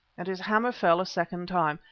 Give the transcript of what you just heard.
and his hammer fell a second time.